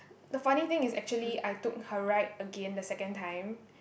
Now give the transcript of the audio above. the funny thing is actually I took her ride again the second time